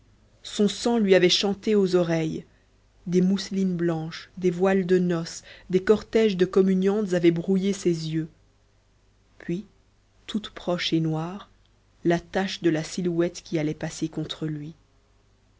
son sang lui avait chanté aux oreilles des mousselines blanches des voiles de noce des cortèges de communiantes avaient brouillé ses yeux puis toute proche et noire la tache de la silhouette qui allait passer contre lui